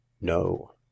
no